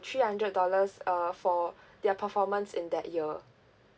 three hundred dollars uh for their performance in that year